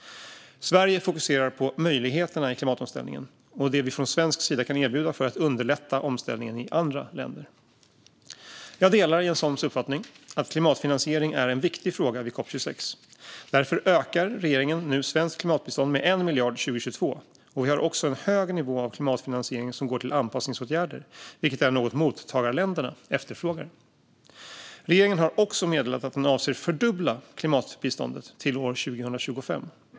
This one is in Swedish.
Sverige fokuserar på möjligheterna i klimatomställningen och på det vi från svensk sida kan erbjuda för att underlätta omställningen i andra länder. Jag delar Jens Holms uppfattning att klimatfinansiering är en viktig fråga vid COP 26. Därför ökar regeringen nu svenskt klimatbistånd med 1 miljard 2022, och vi har också en hög nivå av klimatfinansiering som går till anpassningsåtgärder, vilket är något mottagarländerna efterfrågar. Regeringen har också meddelat att den avser att fördubbla klimatbiståndet till 2025.